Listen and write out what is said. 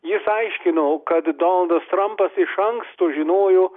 jis aiškino kad donaldas trampas iš anksto žinojo